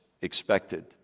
expected